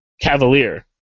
cavalier